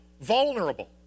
vulnerable